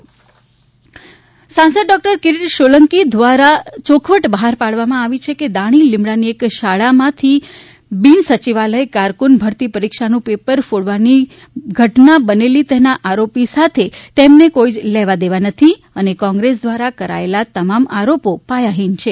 સાંસદ ડોક્ટર કિરીટ સોલંકી ની યોખવટ સાંસદ ડોક્ટર કિરીટ સોલંકી દ્વારા યોખવટ બહાર પાડવામાં આવી છે કે દાણી લીમડા ની એક શાળા માં થી બીન સચિવાલય કારકુન ભરતી પરીક્ષા નું પેપર ફોડવાની ઘટના બનેલી તેના આરોપી સાથે તેમણે કોઈ જ લેવાદેવા નથી અને કોંગ્રેસ દ્વારા કરાયેલા તમામ આરોપ પાયાહીન છે